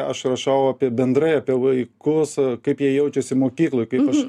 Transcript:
aš rašau apie bendrai apie vaikus kaip jie jaučiasi mokykloj kaip aš